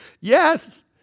yes